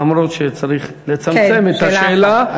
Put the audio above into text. למרות שצריך לצמצם את השאלה.